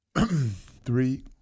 three